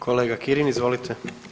Kolega Kirin, izvolite.